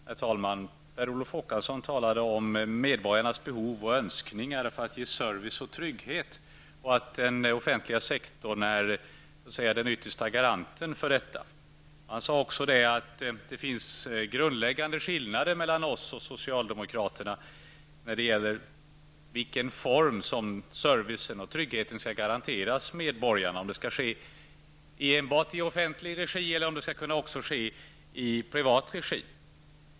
Herr talman! Per Olof Håkansson talade om medborgarnas behov och önskningar som grund för service och trygghet samt att den offentliga sektorn är den yttersta garanten för detta. Han sade också att det finns grundläggande skillnader mellan oss och socialdemokraterna när det gäller i vilken form som servicen och tryggheten skall garanteras medborgarna, om det skall ske enbart i offentlig regi eller om det också skall kunna ske i privat regi.